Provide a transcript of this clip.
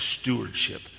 stewardship